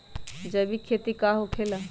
जैविक खेती का होखे ला?